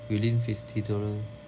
within fifty dollar